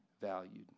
valued